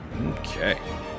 Okay